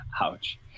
Ouch